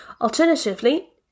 Alternatively